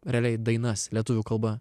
realiai dainas lietuvių kalba